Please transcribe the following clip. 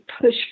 push